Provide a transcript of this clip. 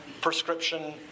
prescription